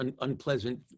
unpleasant